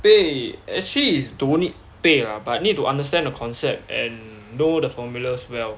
备 actually is don't need 备 lah but need to understand the concept and know the formulas as well